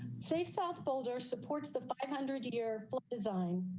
say south boulder supports the five hundred year but design,